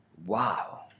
Wow